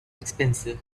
expensive